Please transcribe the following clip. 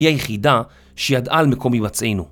היא היחידה שידעה על מקום הימצאנו